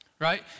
right